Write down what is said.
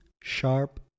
sharp